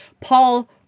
Paul